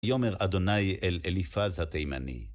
ויאמר אדוני אל אליפז התימני